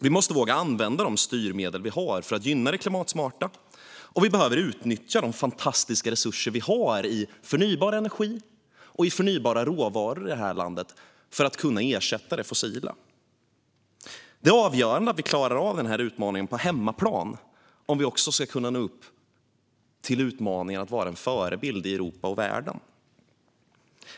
Vi måste våga använda de styrmedel vi har för att gynna det klimatsmarta, och vi behöver utnyttja de fantastiska resurser vi har här i landet i form av förnybar energi och förnybar råvara för att ersätta det fossila. Det är avgörande att vi klarar av denna utmaning på hemmaplan om vi ska klara utmaningen att vara en förebild i Europa och världen.